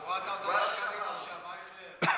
הורדת אותה עכשיו בסקרים, אייכלר.